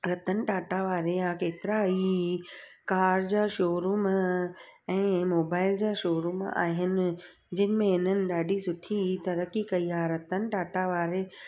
रतन टाटा वारे जा केतिरा ई कार जा शोरूम ऐं मोबाइल जा शोरूम आहिनि जिनि में हिननि ॾाढी सुठी तरक़ी कई आहे रतन टाटा वारे